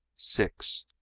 six.